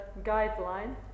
guideline